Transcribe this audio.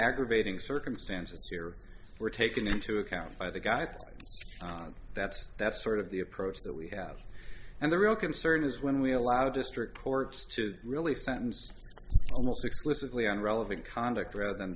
aggravating circumstances here were taken into account by the guy that's that's sort of the approach that we have and the real concern is when we allow the district courts to really sentence almost explicitly on relevant conduct rather than